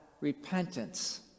repentance